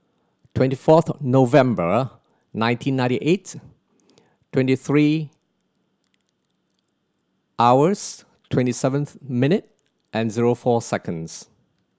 twenty fourth November nineteen ninety eight twenty three hours twenty seven minute and zero four seconds